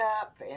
up